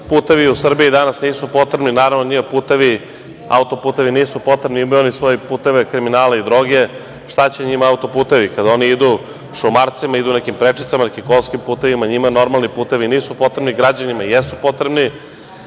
putevi u Srbiji danas nisu potrebni, naravno njima putevi, auto-putevi nisu potrebni, imaju oni svoje puteve kriminala i droge, šta će njima auto-putevi kada oni idu šumarcima, idu nekim prečicama, idu nekim kolskim putevima, njima normalni putevi nisu potrebni, ali rađanima jesu potrebni. Ova